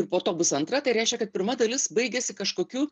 ir po to bus antra tai reiškia kad pirma dalis baigėsi kažkokiu